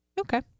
Okay